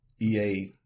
EA